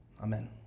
Amen